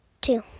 two